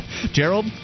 Gerald